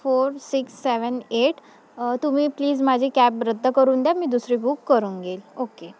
four six seven eight तुम्ही please माझी cab रद्द करून द्या मी दुसरी बुक करून घेईल ओके